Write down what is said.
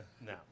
No